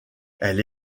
elle